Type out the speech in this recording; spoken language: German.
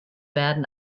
werden